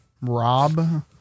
Rob